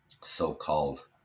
so-called